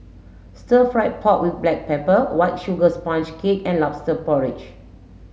stir fried pork with black pepper white sugar sponge cake and lobster porridge